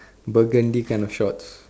burgundy kind of shorts